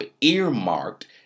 earmarked